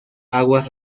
aguas